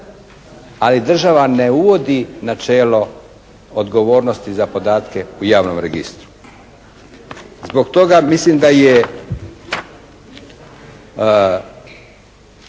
Ali država ne uvodi načelo odgovornosti za podatke u javnom registru. Zbog toga mislim da je